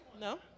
No